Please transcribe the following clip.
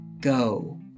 go